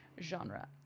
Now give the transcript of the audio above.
genre